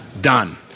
Done